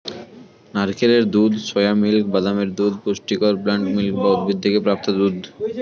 নারকেলের দুধ, soya milk, বাদামের দুধ পুষ্টিকর প্লান্ট মিল্ক বা উদ্ভিদ থেকে প্রাপ্ত দুধ